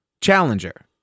challenger